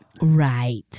Right